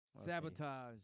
Sabotage